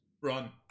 run